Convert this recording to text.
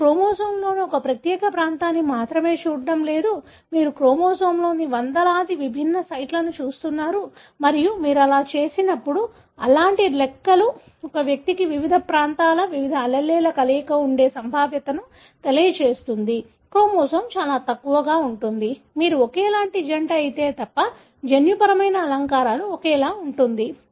మేము క్రోమోజోమ్లోని ఒక ప్రత్యేక ప్రాంతాన్ని మాత్రమే చూడటం లేదు మీరు క్రోమోజోమ్లోని వందలాది విభిన్న సైట్లను చూస్తున్నారు మరియు మీరు అలా చేసినప్పుడు అలాంటి లెక్కలు ఒక వ్యక్తికి వివిధ ప్రాంతాల వివిధ allele ల కలయిక ఉండే సంభావ్యతను తెలియజేస్తుంది క్రోమోజోమ్ చాలా తక్కువగా ఉంటుంది మీరు ఒకేలాంటి జంట అయితే తప్ప జన్యుపరమైన అలంకరణ ఒకేలా ఉంటుంది